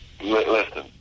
Listen